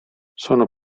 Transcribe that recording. sono